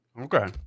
Okay